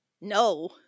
No